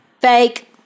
fake